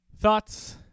Thoughts